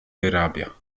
wyrabia